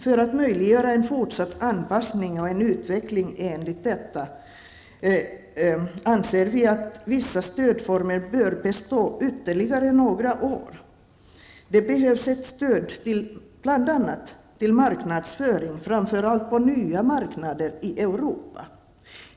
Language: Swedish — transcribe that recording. För att möjliggöra en fortsatt anpassning och en utveckling enligt detta anser vi att vissa stödformer bör bestå ytterligare några år. Det behövs ett stöd bl.a. till marknadsföring, framför allt när det gäller nya marknader i Europa.